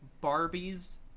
barbie's